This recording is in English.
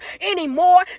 anymore